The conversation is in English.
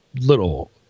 little